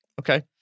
okay